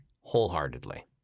wholeheartedly